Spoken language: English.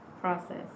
process